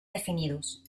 definidos